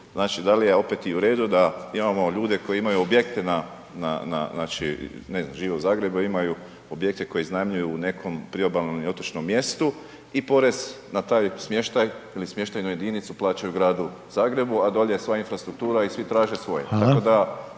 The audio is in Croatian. znači da li je opet u redu, da imamo ljude koji imaju objekte na znači, ne znam, žive u Zagrebu a imaju objekte koje iznajmljuju u nekom priobalnom ili otočnom mjestu i porez na taj smještaj ili smještanoj jedinicu plaćaju Gradu Zagrebu, a dolje je sva infrastruktura i svi traže svoje.